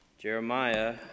Jeremiah